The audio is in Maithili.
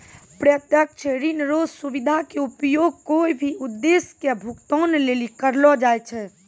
प्रत्यक्ष ऋण रो सुविधा के उपयोग कोय भी उद्देश्य के भुगतान लेली करलो जाय छै